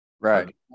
Right